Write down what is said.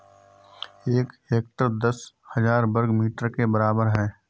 एक हेक्टेयर दस हजार वर्ग मीटर के बराबर है